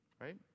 right